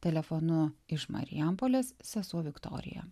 telefonu iš marijampolės sesuo viktorija